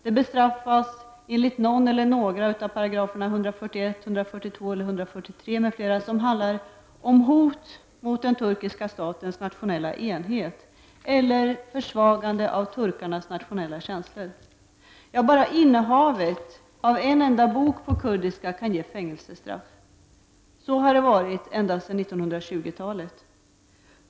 Det bestraffas enligt någon eller några av paragraferna 141, 142, 143 m.fl. som handlar om ”hot mot den turkiska statens nationella enhet” eller ”försvagande av turkarnas nationella känslor”. Bara innehavet av en enda bok på kurdiska kan ge fängelsestraff. Så har det varit sedan 1920-talet.